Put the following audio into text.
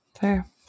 fair